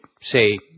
say